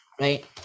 right